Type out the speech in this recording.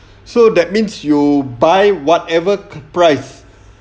so that means you buy whatever price